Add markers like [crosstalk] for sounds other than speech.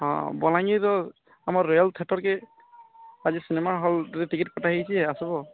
ହଁ ବଲାଙ୍ଗୀର୍ର ଆମର୍ [unintelligible] କେଁ ଆଜି ସିନେମା ହଲ୍ରେ ଟିକେଟ୍ କଟା ହେଇଛି ଆସବା